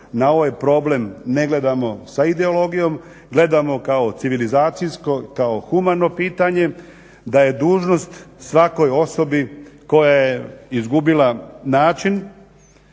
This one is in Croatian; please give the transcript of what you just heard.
na ovaj problem ne gledamo sa ideologijom, gledamo kao civilizacijsko, kao humano pitanje, da je dužnost svakoj osobi koja je izgubila život